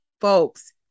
Folks